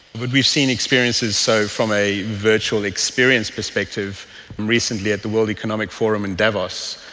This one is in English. what we've seen, experiences so from a virtual experience perspective recently at the world economic forum in davos,